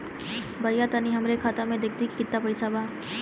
भईया तनि हमरे खाता में देखती की कितना पइसा बा?